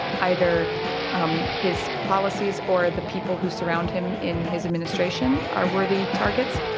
either um his policies or the people who surround him in his administration are worthy targets